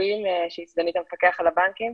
סגנית המפקח על הבנקים.